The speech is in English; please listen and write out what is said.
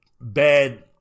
bad